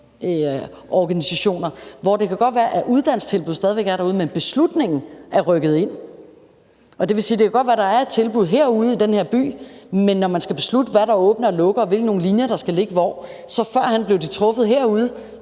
gigantorganisationer, hvor det godt kan være, at uddannelsestilbuddet stadig væk er derude, men beslutningen er rykket ind. Det vil sige, at det godt kan være, at der er et tilbud derude i den by, men når man skal beslutte, hvad der åbner og lukker, og hvilke linjer der skal ligge hvor – beslutninger som førhen blev truffet derude,